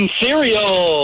cereal